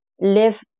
live